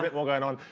bit more going on.